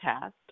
test